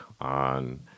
on